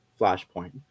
flashpoint